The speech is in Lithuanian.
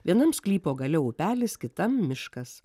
vienam sklypo gale upelis kitam miškas